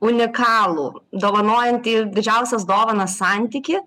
unikalų dovanojantį didžiausias dovanas santykį